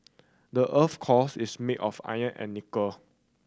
the earth's cores is made of iron and nickel